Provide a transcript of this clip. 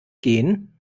gehen